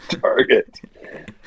Target